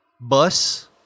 bus